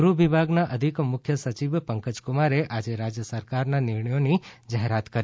ગૃહ વિભાગના અધિક મુખ્ય સચિવ પંકજકુમારે આજે રાજ્ય સરકારના નિર્ણયોની જાહેરાત કરી